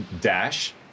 dash